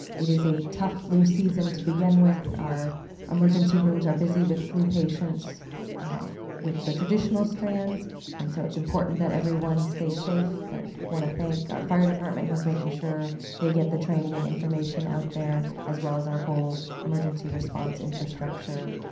it is a tough flu season to begin with. our emergency rooms are busy with flu patients um with the traditional strands and so it's important that everyone stay safe but want to thank our fire department who is making sure they get the training and information out there, as well as our whole emergency response infrastructure.